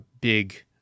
big